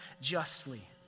justly